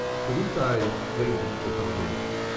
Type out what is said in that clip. so these guys laid the the foundations.